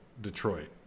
Detroit